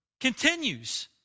continues